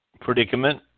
predicament